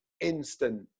instant